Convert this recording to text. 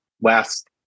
last